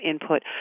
input